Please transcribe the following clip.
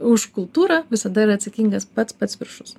už kultūrą visada yra atsakingas pats pats viršus